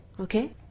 Okay